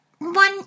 one